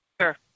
Sure